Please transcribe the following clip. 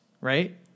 right